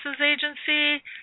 agency